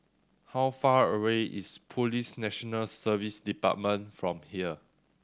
how far away is Police National Service Department from here